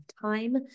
time